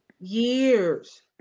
Years